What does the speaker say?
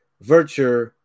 virtue